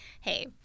hey